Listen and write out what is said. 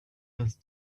has